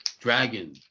dragon